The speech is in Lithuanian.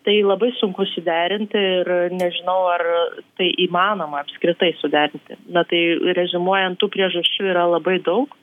tai labai sunku suderinti ir nežinau ar tai įmanoma apskritai suderinti na tai reziumuojant tų priežasčių yra labai daug